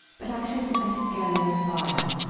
but i shouldn't let it go any farther.